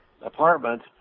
apartment